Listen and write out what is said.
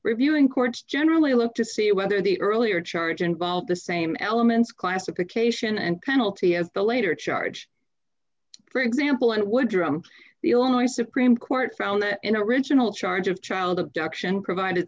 reviewing courts generally look to see whether the earlier charge involved the same elements classification and penalty as the later charge for example and would draw the illinois supreme court found that in original charge of child abduction provided